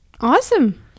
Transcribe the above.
Awesome